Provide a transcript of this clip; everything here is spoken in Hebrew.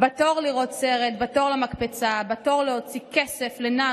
"בתור לראות סרט / בתור למקפצה / בתור להוציא כסף לנעל